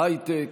בהייטק